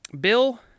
Bill